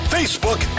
Facebook